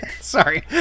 Sorry